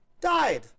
died